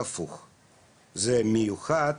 זה במיוחד